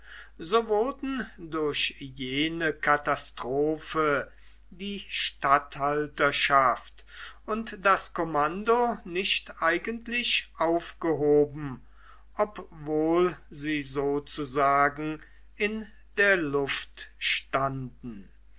so wurden durch jene katastrophe die statthalterschaft und das kommando nicht eigentlich aufgehoben obwohl sie sozusagen in der luft standen